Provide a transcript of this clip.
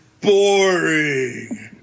boring